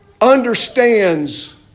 understands